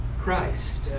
Christ